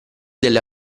delle